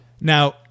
Now